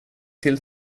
till